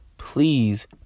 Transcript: Please